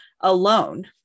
alone